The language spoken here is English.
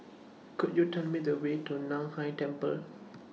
Could YOU Tell Me The Way to NAN Hai Temple